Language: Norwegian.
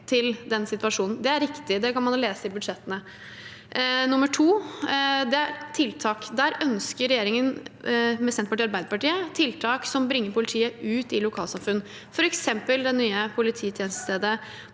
Det er riktig, det kan man lese i budsjettene. Nummer to er tiltak. Regjeringen, med Senterpartiet og Arbeiderpartiet, ønsker tiltak som bringer politiet ut i lokalsamfunn, f.eks. det nye polititjenestestedet